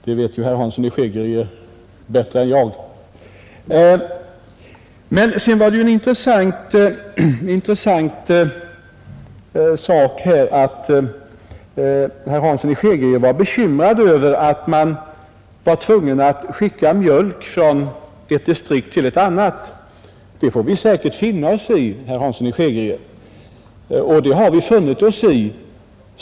Det vet herr Hansson bättre än jag. Det var intressant att herr Hansson i Skegrie var bekymrad över att man var tvungen att skicka mjölk från ett distrikt till ett annat. Det får vi säkert finna oss i, herr Hansson, och det har vi funnit oss i.